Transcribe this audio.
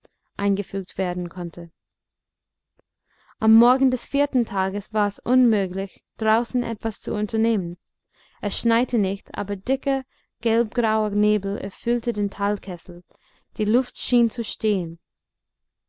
eingefügt werden konnte am morgen des vierten tages war es unmöglich draußen etwas zu unternehmen es schneite nicht aber dicker gelbgrauer nebel erfüllte den talkessel die luft schien zu stehen